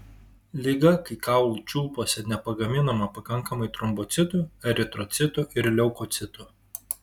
liga kai kaulų čiulpuose nepagaminama pakankamai trombocitų eritrocitų ir leukocitų